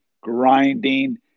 grinding